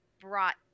brought